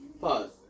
Pause